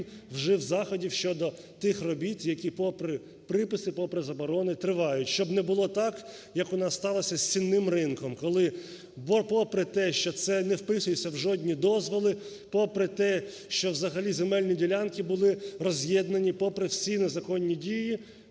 вжив заходів щодо тих робіт, які попри приписи, попри заборони тривають. Щоб не було так, як у нас сталося із Сінним ринком, коли попри те, що це не вписується в жодні дозволи, попри те, що взагалі земельні ділянки були роз'єднані, попри всі незаконні дії